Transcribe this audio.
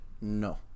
no